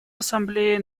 ассамблее